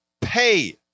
pay